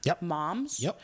Moms